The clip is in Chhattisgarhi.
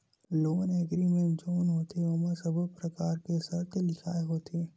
लोन एग्रीमेंट जउन होथे ओमा सब्बो परकार के सरत लिखाय होथे